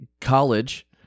College